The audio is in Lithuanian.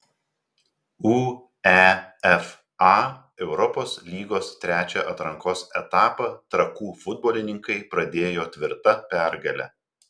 uefa europos lygos trečią atrankos etapą trakų futbolininkai pradėjo tvirta pergale